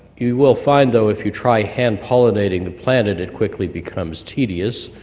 you will find, though, if you try hand pollinating the planet it quickly becomes tedious,